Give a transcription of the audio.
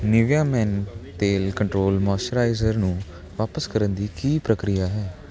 Nivea men ਤੇਲ control moisturiser ਨੂੰ ਵਾਪਸ ਕਰਨ ਦੀ ਕੀ ਪ੍ਰਕਿਰਿਆ ਹੈ